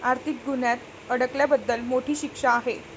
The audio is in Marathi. आर्थिक गुन्ह्यात अडकल्याबद्दल मोठी शिक्षा आहे